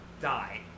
die